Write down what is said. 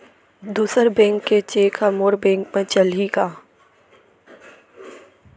दूसर बैंक के चेक ह मोर बैंक म चलही का?